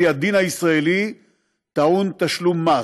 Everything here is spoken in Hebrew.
על פי הדין הישראלי הוא טעון תשלום מס.